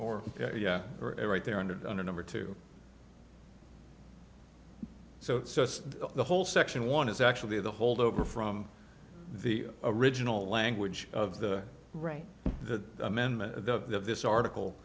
or yeah right there under the under number two so it's just the whole section one is actually the holdover from the original language of the right the amendment the this article